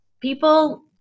people